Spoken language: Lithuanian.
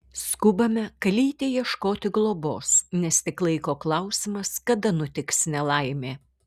skubame kalytei ieškoti globos nes tik laiko klausimas kada nutiks nelaimė